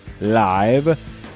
live